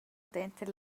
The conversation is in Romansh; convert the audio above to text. denter